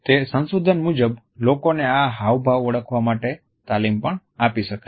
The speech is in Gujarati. તે સંશોધન મુજબ લોકોને આ હાવભાવ ઓળખવા માટે તાલીમ પણ આપી શકાય છે